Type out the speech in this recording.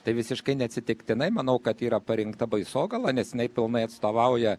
tai visiškai neatsitiktinai manau kad yra parinkta baisogala nes jinai pilnai atstovauja